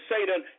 Satan